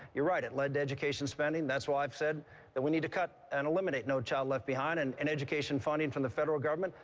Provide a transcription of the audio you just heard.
you're right, it lead to education spending. that's why i've said that we need to cut and eliminate no child left behind and and education funding from the federal government,